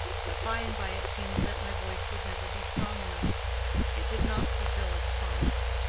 but by-and-by it seemed that my voice would never be strong enough it did not fulfill its promise.